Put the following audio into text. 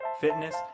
fitness